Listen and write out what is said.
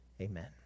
Amen